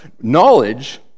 Knowledge